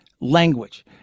language